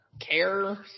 care